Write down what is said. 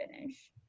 finish